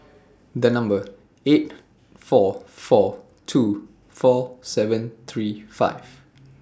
The Number eight four four two four seven three five